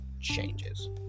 changes